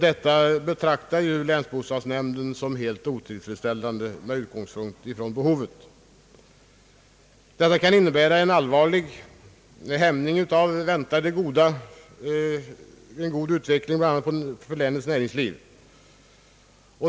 Detta betraktar länsbostadsnämnden som helt otillfredsställande med utgångspunkt från behovet, och det kan innebära en allvarlig hämning av en väntad god utveckling bland annat för länets näringsliv.